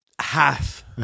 Half